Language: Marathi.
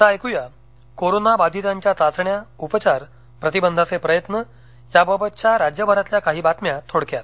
आता ऐकूया कोरोना बाधितांच्या चाचण्या उपचार प्रतिबंधाचे प्रयत्न याबाबतच्या राज्यभरातल्या काही बातम्या थोडक्यात